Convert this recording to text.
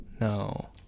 No